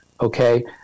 Okay